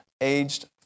aged